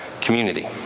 community